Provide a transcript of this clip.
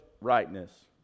rightness